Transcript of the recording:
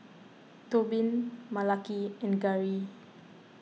Tobin Malaki and Garey